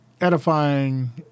edifying